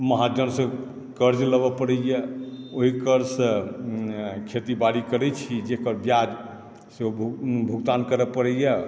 महाजनसँ कर्ज लेबऽ पड़ैए ओहि कर्जसँ खेतीबाड़ी करैत छी जहि पर ब्याज सेहो भुगतान करऽ पड़ैए